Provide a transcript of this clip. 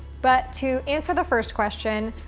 but to answer the first question,